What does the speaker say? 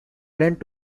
planned